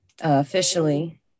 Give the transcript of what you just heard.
officially